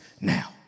now